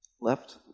Left